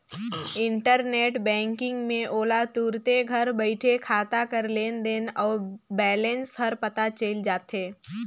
internet banking में ओला तुरते घर बइठे खाता कर लेन देन अउ बैलेंस हर पता चइल जाथे